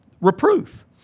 reproof